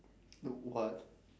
look what